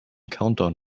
countdown